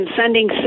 sending